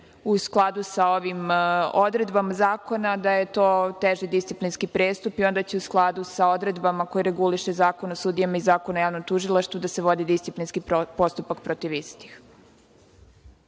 u skladu sa ovim odredbama zakona, da je to teži disciplinski prestup i onda će u skladu sa odredbama koje reguliše Zakon o sudijama i Zakon o javnom tužilaštvu da se vodi disciplinski postupak protiv istih.